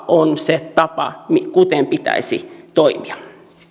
on se tapa miten pitäisi toimia